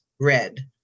red